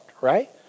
right